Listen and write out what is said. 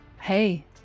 Hey